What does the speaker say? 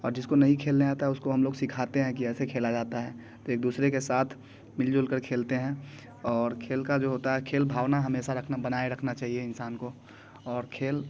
और जिसको नहीं खेलने आता है उसको हम लोग सिखाते हैं कि ऐसे खेला जाता है तो एक दूसरे के साथ मिलजुल कर खेलते हैं और खेल का जो होता है खेल भावना हमेशा रखना बनाए रखना चाहिए इंसान को और खेल